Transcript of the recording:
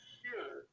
sure